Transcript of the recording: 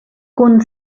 kun